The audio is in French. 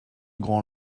grand